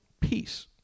Peace